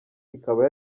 ikaba